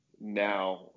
now